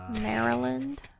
Maryland